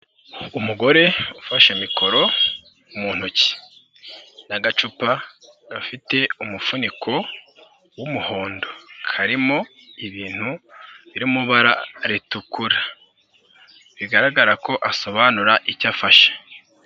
Umugore ufashe mikoro mu ntoki n'agacupa gafite umufuniko w'umuhondo karimo ibintu biri mu ibara ritukura bigaragara ko asobanura icyo afashe.